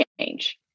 change